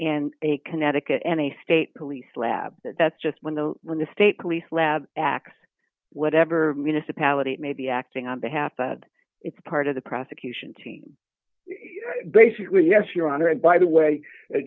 and a connecticut and a state police lab that's just when the when the state police lab x whatever municipality it may be acting on behalf that it's part of the prosecution team basically yes your honor and by the way